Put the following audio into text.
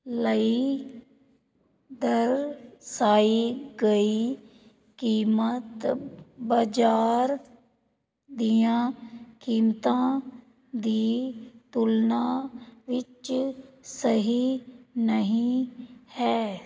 ਲਈ ਦਰਸਾਈ ਗਈ ਕੀਮਤ ਬਾਜ਼ਾਰ ਦੀਆਂ ਕੀਮਤਾਂ ਦੀ ਤੁਲਨਾ ਵਿੱਚ ਸਹੀ ਨਹੀਂ ਹੈ